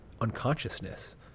unconsciousness